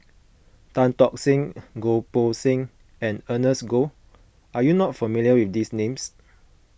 Tan Tock Seng Goh Poh Seng and Ernest Goh are you not familiar with these names